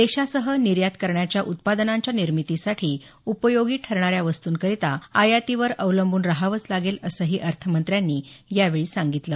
देशासह निर्यात करण्याच्या उत्पादनांच्या निर्मीतीसाठी उपयोगी ठरणाऱ्या वस्तूंकरिता आयातीवर अवलंबून रहावंच लागेल असंही अर्थमंत्र्यांनी यावेळी सांगितलं